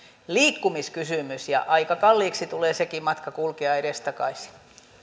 liikkumiskysymys aika kalliiksi tulee sekin matka kulkea edestakaisin